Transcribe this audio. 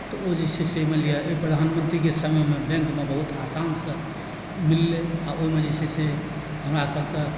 तऽ ओ जे छै से मानि लिअ प्रधानमन्त्रीके समयमे बैङ्कमे बहुत आसानसँ मिललै आओर ओहिमे जे छै से हमरा सबके